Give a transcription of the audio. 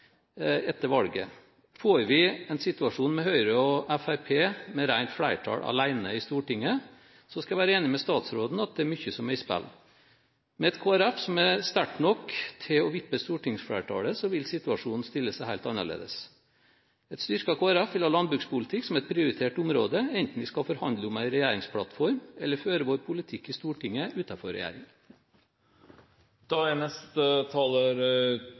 etter valget. Får vi en situasjon der Høyre og Fremskrittspartiet får rent flertall i Stortinget, skal jeg være enig med statsråden i at mye står på spill. Med et Kristelig Folkeparti som er sterkt nok til å vippe stortingsflertallet, vil situasjonen stille seg helt annerledes. Et styrket Kristelig Folkeparti vil ha landbrukspolitikk som et prioritert område, enten vi skal forhandle om en regjeringsplattform eller føre vår politikk i Stortinget